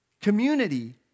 community